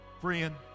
friend